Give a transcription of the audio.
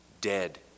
dead